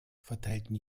verteilen